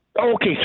Okay